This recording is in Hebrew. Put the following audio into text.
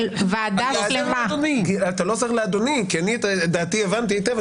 את דעתי אני הבנתי היטב,